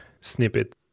snippet